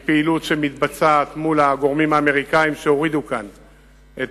היא פעילות שמתבצעת מול הגורמים האמריקניים שהורידו כאן את